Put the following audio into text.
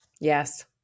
Yes